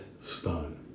stone